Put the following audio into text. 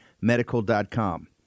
medical.com